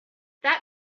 that